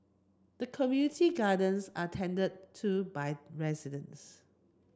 the community gardens are tended to by residents